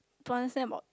to understand about